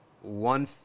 one